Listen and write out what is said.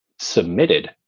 submitted